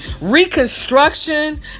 Reconstruction